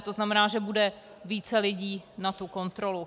To znamená, že bude více lidí na kontrolu.